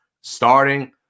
starting